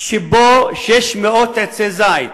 שבו 600 עצי זית,